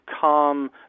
calm